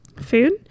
food